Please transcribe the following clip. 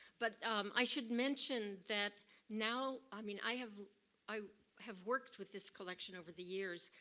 but i should mention that now, i mean i have i have worked with this collection over the years,